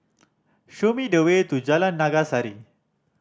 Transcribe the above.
show me the way to Jalan Naga Sari